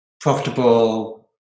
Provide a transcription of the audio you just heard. profitable